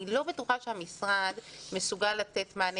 אני לא בטוחה שהמשרד מסוגל לתת מענה